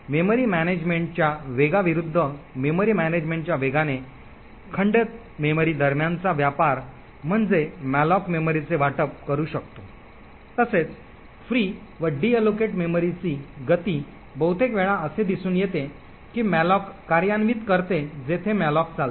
memory मॅनेजमेंटच्या वेगा विरूद्ध मेमरी मॅनेजमेंटच्या वेगाने खंडित मेमरी दरम्यानचा व्यापार म्हणजे मॅलोक मेमरीचे वाटप करू शकतो तसेच फ्री व डीएलॉकेट मेमरीची गती बहुतेक वेळा असे दिसून येते की मॅलोक कार्यान्वित करते जेथे मॅलोक चालतो